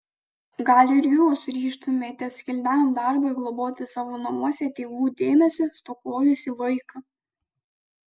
gal ir jūs ryžtumėtės kilniam darbui globoti savo namuose tėvų dėmesio stokojusį vaiką